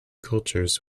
cultures